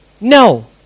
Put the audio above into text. No